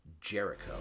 Jericho